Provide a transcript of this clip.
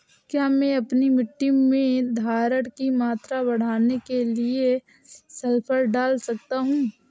क्या मैं अपनी मिट्टी में धारण की मात्रा बढ़ाने के लिए सल्फर डाल सकता हूँ?